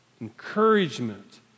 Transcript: Encouragement